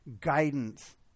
guidance